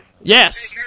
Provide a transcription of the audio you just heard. Yes